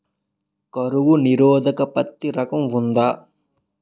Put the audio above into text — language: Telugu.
కరువు నిరోధక పత్తి రకం ఉందా?